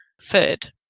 Food